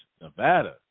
Nevada